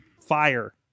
fire